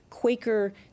Quaker